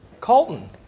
Colton